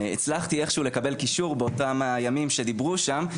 הצלחתי איך שהוא לקבל קישור באותם הימים שדיברו שם.